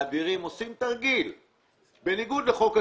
מעבירים ועושים תרגיל בניגוד לחוק התקציבים.